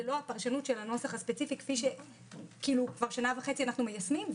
לא הפרשנות של הנוסח הספציפי כפי שכבר שנה וחצי אנחנו מיישמים,